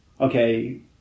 okay